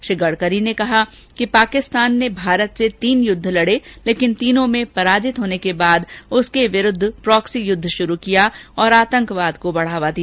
श्री गडकरी ने कहा कि पाकिस्तान ने भारत से तीन युद्ध लडे लेकिन तीनों में पराजित होने के बाद उसके विरूद्व पॉक्सी युद्ध शुरू किया और आतंकवाद को बढावा दिया